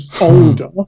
older